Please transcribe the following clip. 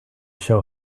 show